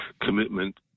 commitment